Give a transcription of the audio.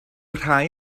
rhai